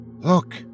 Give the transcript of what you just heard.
Look